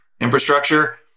infrastructure